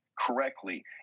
correctly